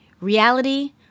Reality